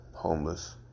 homeless